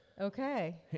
Okay